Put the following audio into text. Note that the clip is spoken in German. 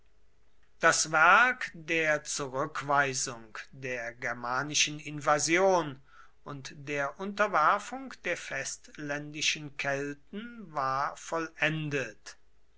das werk der zurückweisung der germanischen invasion und der unterwerfung der festländischen kelten war vollendet